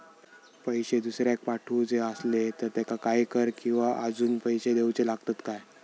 पैशे दुसऱ्याक पाठवूचे आसले तर त्याका काही कर किवा अजून पैशे देऊचे लागतत काय?